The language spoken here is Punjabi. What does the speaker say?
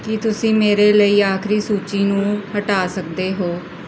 ਕੀ ਤੁਸੀਂ ਮੇਰੇ ਲਈ ਆਖਰੀ ਸੂਚੀ ਨੂੰ ਹਟਾ ਸਕਦੇ ਹੋ